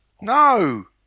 No